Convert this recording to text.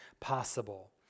possible